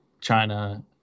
china